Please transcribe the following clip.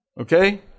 Okay